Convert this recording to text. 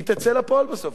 היא תצא לפועל בסוף,